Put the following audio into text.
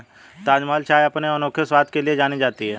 ताजमहल चाय अपने अनोखे स्वाद के लिए जानी जाती है